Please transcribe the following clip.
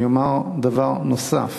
אני אומר דבר נוסף: